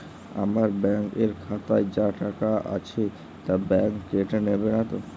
আমার ব্যাঙ্ক এর খাতায় যা টাকা আছে তা বাংক কেটে নেবে নাতো?